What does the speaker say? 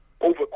over